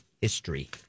history